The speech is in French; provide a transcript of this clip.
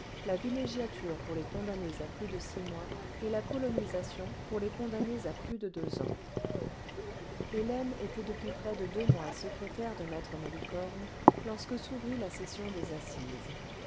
la villégiature pour les condamnés à plus de six mois et la colonisation pour les condamnés à plus de deux ans hélène était depuis près de deux mois secrétaire de me malicorne lorsque s'ouvrit la session des assises